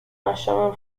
national